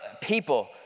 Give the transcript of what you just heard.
people